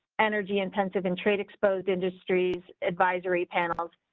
energy intensive and trade exposed industries advisory panels.